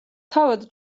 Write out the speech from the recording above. თავად